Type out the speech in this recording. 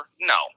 No